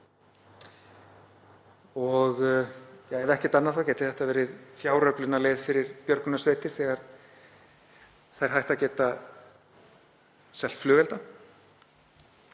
Og ef ekkert annað þá gæti þetta verið fjáröflunarleið fyrir björgunarsveitir þegar þær hætta að geta selt flugelda.